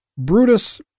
Brutus